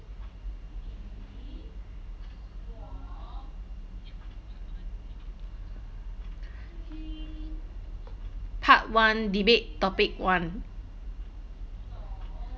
part one debate topic one